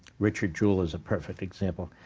richard jewell is a perfect example.